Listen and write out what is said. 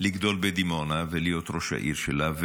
לגדול בדימונה ולהיות ראש העיר שלה.